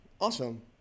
awesome